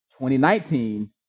2019